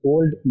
Old